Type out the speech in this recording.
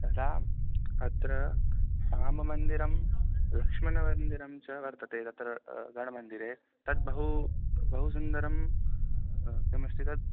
तदा अत्र राममन्दिरं लक्ष्मणमन्दिरं च वर्तते तत्र गडमन्दिरे तत् बहू बहु सुन्दरं किमस्ति तत्